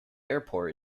airport